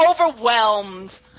overwhelmed